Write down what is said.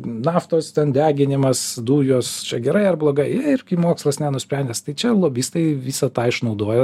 naftos ten deginimas dujos čia gerai ar blogai ir kai mokslas nenusprendęs tai čia lobistai visą tą išnaudojo